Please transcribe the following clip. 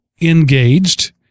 engaged